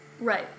Right